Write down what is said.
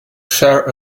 share